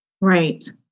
Right